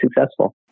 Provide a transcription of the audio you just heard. successful